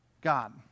God